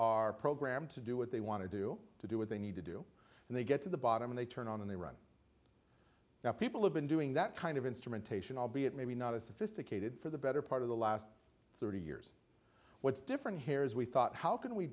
are programmed to do what they want to do to do what they need to do and they get to the bottom and they turn on the run now people have been doing that kind of instrumentation albeit maybe not as sophisticated for the better part of the last thirty years what's different here is we thought how can we